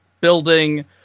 building